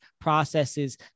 processes